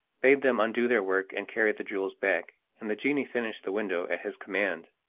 bade them undo their work and carry the jewels back, and the genie finished the window at his command.